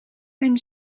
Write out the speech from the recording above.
mijn